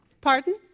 Pardon